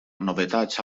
novetats